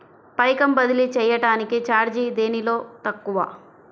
పైకం బదిలీ చెయ్యటానికి చార్జీ దేనిలో తక్కువ?